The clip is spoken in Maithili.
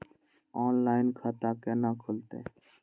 ऑनलाइन खाता केना खुलते?